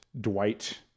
Dwight